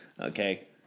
okay